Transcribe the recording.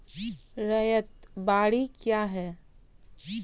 रैयत बाड़ी क्या हैं?